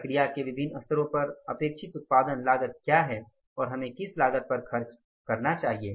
प्रक्रिया के विभिन्न स्तरों पर अपेक्षित उत्पादन लागत क्या है और हमें किस लागत पर खर्च करना चाहिए